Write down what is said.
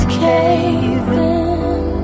caving